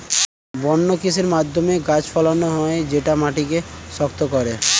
বন্য কৃষির মাধ্যমে গাছ ফলানো হয় যেটা মাটিকে শক্ত করে